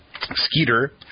Skeeter